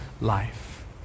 life